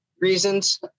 reasons